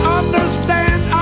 understand